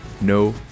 No